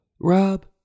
Rob